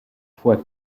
fois